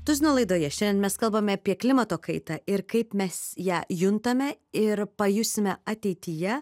tuzino laidoje šiandien mes kalbame apie klimato kaitą ir kaip mes ją juntame ir pajusime ateityje